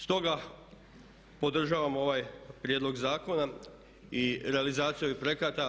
Stoga podržavam ovaj prijedlog zakona i realizaciju ovih projekata.